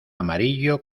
amarillo